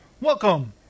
Welcome